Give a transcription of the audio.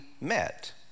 met